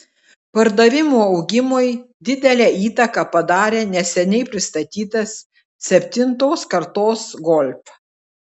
pardavimų augimui didelę įtaką padarė neseniai pristatytas septintos kartos golf